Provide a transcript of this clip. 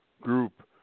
group